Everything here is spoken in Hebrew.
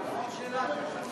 זה החוק שלה, תוסיף אותה.